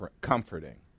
comforting